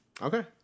Okay